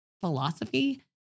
philosophy